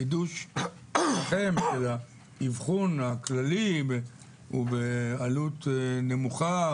החידוש של האבחון הכללי ובעלות נמוכה,